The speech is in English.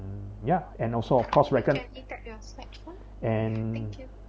ya and also of course recogn~ and